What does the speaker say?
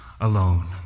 alone